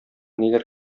ниләр